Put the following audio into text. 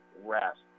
rest